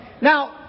Now